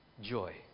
joy